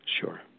Sure